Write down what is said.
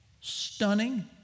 Stunning